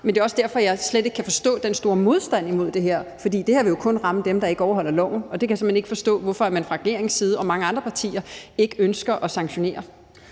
Men det er også derfor, jeg slet ikke kan forstå den store modstand imod det her. For det her vil jo kun ramme dem, der ikke overholder loven. Og det kan jeg simpelt hen ikke forstå hvorfor man fra regeringen og mange andre partiers side ikke ønsker at sanktionere.